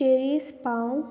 cherries पाव